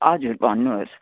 हजुर भन्नुहोस्